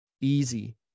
easy